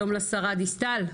שלום לשרה דיסטל,